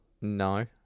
no